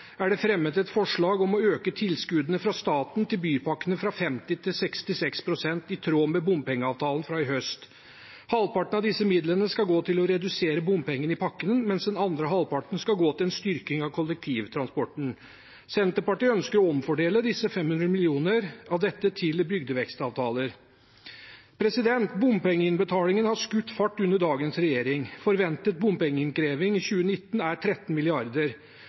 er det fremmet et forslag om å øke tilskuddene fra staten til bypakkene, fra 50 til 66 pst., i tråd med bompengeavtalen fra i høst. Halvparten av disse midlene skal gå til å redusere bompengene i pakken, mens den andre halvparten skal gå til en styrking av kollektivtransporten. Senterpartiet ønsker å omfordele 500 mill. kr av dette til bygdevekstavtaler. Bompengeinnbetalingen har skutt fart under dagens regjering. Forventet bompengeinnkreving i 2019 er 13